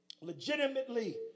legitimately